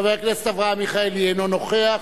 חבר הכנסת אברהם מיכאלי, אינו נוכח.